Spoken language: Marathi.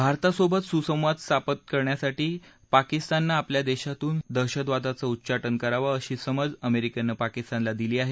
भारतासोबत सुसंवाद स्थापित करण्यासाठी पाकिस्ताननं आपल्या देशातून दहशतवादाचं उच्चाटन करावं अशी समज अमेरिकेनं पाकिस्तानला दिली आहे